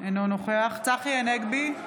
אינו נוכח צחי הנגבי,